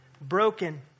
Broken